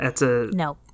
No